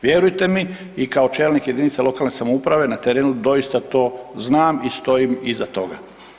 Vjerujte mi i kao čelnik jedinice lokalne samouprave, na terenu doista to znam i stojim iza toga.